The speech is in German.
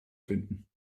finden